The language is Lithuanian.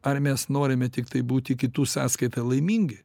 ar mes norime tiktai būti kitų sąskaita laimingi